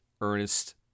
Ernest